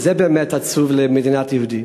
וזה באמת עצוב במדינה יהודית.